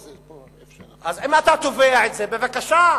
אז אם אתה תובע את זה, בבקשה.